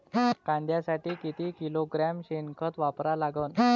कांद्यासाठी किती किलोग्रॅम शेनखत वापरा लागन?